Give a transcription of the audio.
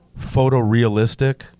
photorealistic